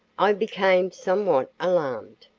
i became somewhat alarmed.